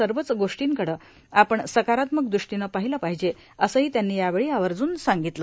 सर्वच गोष्टीकडं आपण सकारात्मक दृष्टीनं पाहिलं पाहिजे असंही त्यांनी यावेळी आवर्ज्रन सांगितलं